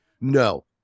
No